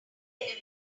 enemies